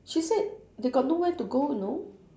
she said they got no where to go you know